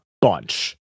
bunch